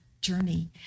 journey